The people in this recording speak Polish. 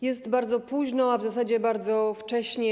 Jest bardzo późno, a w zasadzie bardzo wcześnie.